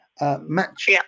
Match